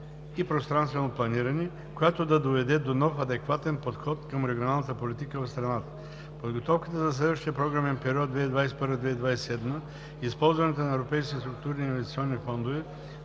и пространствено планиране, която да доведе до нов и адекватен подход към регионалната политика в страната. Подготовката за следващия Програмен период 2021 – 2027 г. и използването на европейските структурни и инвестиционни фондове